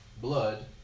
Blood